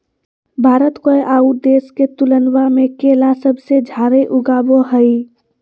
भारत कोय आउ देश के तुलनबा में केला सबसे जाड़े उगाबो हइ